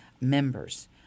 members